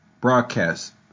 Broadcast